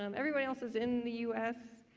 um everyone else is in the u s,